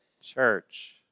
Church